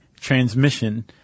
transmission